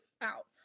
out